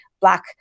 black